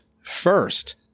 First